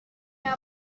know